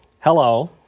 Hello